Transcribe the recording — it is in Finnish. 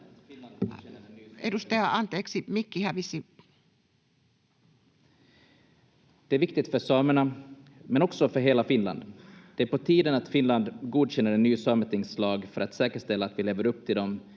Edustaja, anteeksi, mikki hävisi.